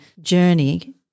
journey